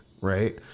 right